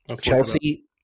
Chelsea